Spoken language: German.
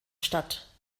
statt